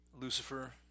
Lucifer